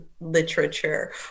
literature